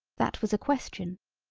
that was a question.